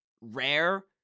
rare